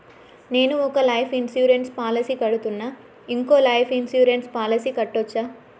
నేను ఒక life insurance policy కడ్తున్నా, ఇంకో లైఫ్ ఇన్సూరెన్స్ పాలసీ కట్టొచ్చా?